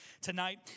tonight